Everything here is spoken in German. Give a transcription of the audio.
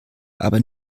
aber